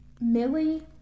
Millie